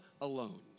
alone